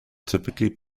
typically